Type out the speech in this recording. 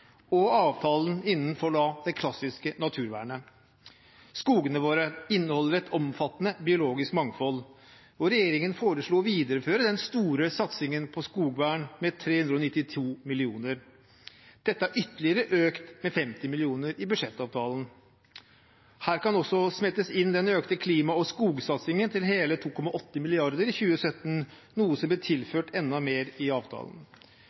og avtalen innenfor det klassiske naturvernet. Skogene våre inneholder et omfattende biologisk mangfold, og regjeringen foreslo å videreføre den store satsingen på skogvern med 392 mill. kr. Dette er ytterligere økt med 50 mill. kr i budsjettavtalen. Her kan også smettes inn den økte klima- og skogsatsingen til hele 2,8 mrd. kr i 2017, noe som ble tilført enda mer i avtalen.